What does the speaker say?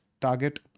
target